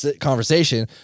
conversation